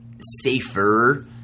safer